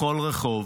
בכל רחוב,